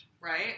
right